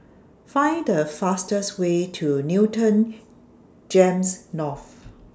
Find The fastest Way to Newton Gems North